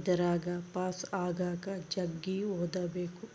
ಇದರಗ ಪಾಸು ಆಗಕ ಜಗ್ಗಿ ಓದಬೇಕು